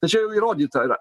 tai čia jau įrodyta yra